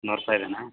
ನೂರು ರೂಪಾಯಿ ಇದೇನ